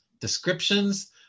descriptions